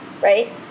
right